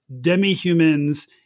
demi-humans